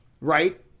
right